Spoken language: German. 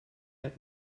hat